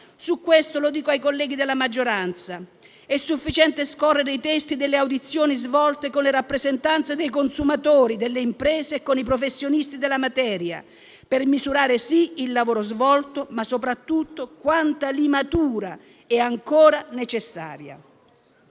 Su questo - lo dico ai colleghi della maggioranza - è sufficiente scorrere i testi delle audizioni svolte con le rappresentanze dei consumatori, delle imprese e con i professionisti della materia, per misurare - sì - il lavoro svolto, ma soprattutto quanta limatura è ancora necessaria.